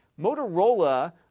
Motorola